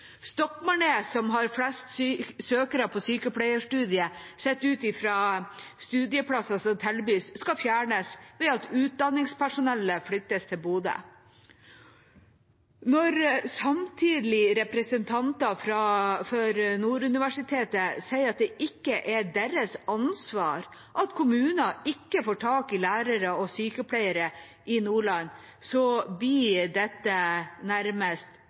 som har flest søkere på sykepleierstudiet sett ut fra antall studieplasser som tilbys, skal fjernes ved at utdanningspersonellet flyttes til Bodø. Når samtlige representanter for Nord universitet sier at det ikke er deres ansvar at kommuner ikke får tak i lærere og sykepleiere i Nordland, blir dette nærmest